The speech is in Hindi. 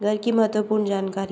घर की महत्वपूर्ण जानकारी